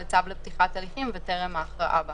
לצו לפתיחת הליכים וטרם ההכרעה בה.